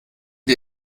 die